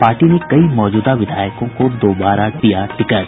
party ने कई मौजूदा विधायकों को दोबारा दिया टिकट